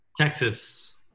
texas